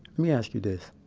me ask you this.